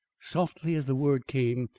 softly as the word came,